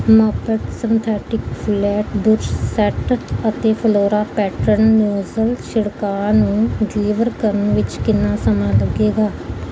Maped synthetic flat brush set ਅਤੇ flora pattern nozzle ਛਿੜਕਾਅ ਨੂੰ ਡਿਲੀਵਰ ਕਰਨ ਵਿੱਚ ਕਿੰਨਾ ਸਮਾਂ ਲੱਗੇਗਾ